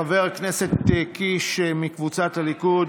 חבר הכנסת קיש מקבוצת הליכוד